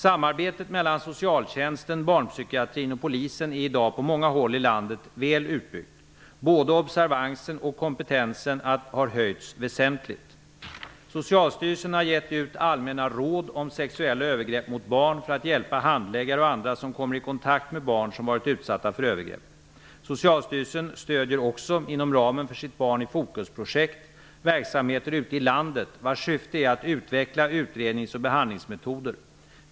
Samarbetet mellan socialtjänsten, barnpsykiatrin och polisen är i dag på många håll i landet väl utbyggt. Både observansen och kompetensen har höjts väsentligt. Socialstyrelsen har givit ut allmänna råd om sexuella övergrepp mot barn för att hjälpa handläggare och andra som kommer i kontakt med barn som varit utsatta för övergrepp. Socialstyrelsen stödjer också, inom ramen för sitt Barn i fokus-projekt, verksamheter ute i landet vars syfte är att utveckla utrednings och behandlingsmetoder.